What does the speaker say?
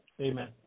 Amen